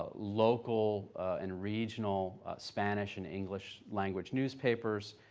ah local and regional spanish and english language newspapers.